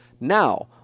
now